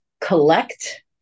collect